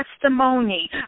testimony